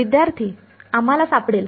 विद्यार्थीः आम्हाला सापडेल